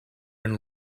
and